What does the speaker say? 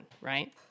right